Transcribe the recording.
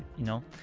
you know,